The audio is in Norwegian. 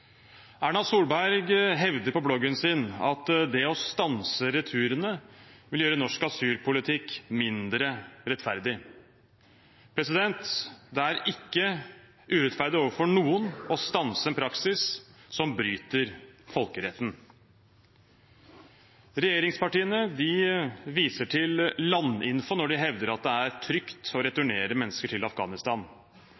Erna Solberg hevder på bloggen sin at det å stanse returene vil gjøre norsk asylpolitikk mindre rettferdig. Det er ikke urettferdig overfor noen å stanse en praksis som bryter folkeretten. Regjeringspartiene viser til Landinfo når de hevder at det er trygt å